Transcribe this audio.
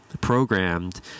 programmed